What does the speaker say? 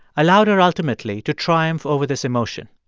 allowed her, ultimately, to triumph over this emotion.